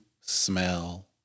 smell